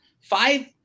five